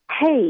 hey